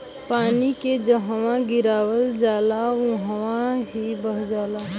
पानी के जहवा गिरावल जाला वहवॉ ही बह जाला